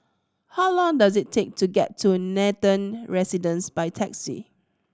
how long does it take to get to Nathan Residences by taxi